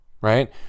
Right